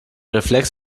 reflex